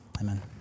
Amen